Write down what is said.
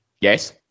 Yes